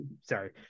sorry